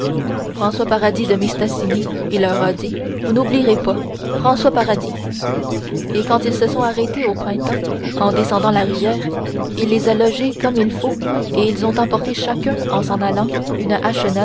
françois paradis de mistassini il leur a dit vous n'oublierez pas françois paradis et quand ils se sont arrêtés au printemps en descendant la rivière il les a logés comme il faut et ils ont emporté chacun en s'en allant une